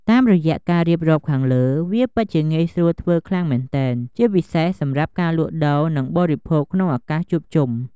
តាមរយៈការរៀបរាប់ខាងលើ វាពិតជាងាយស្រួលធ្វើខ្លាំងមែនទែន ជាពិសេសសម្រាប់ការលក់ដូរ និងបរិភោគក្នុងឱកាសជួបជុំ។